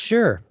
Sure